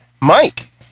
Mike